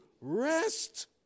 rest